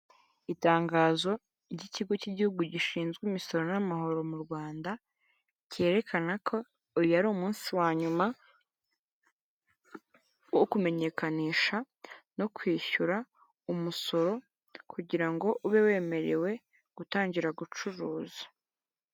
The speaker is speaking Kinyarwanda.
Itangazo ry'ikigo cy'igihugu gishinzwe imisoro n'amahoro mu Rwanda cyerekana ko uyu ari umunsi wa nyuma wo kumenyekanisha no kwishyura umusoro kugira ngo ube wemerewe gutangira gucuruza.